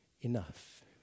enough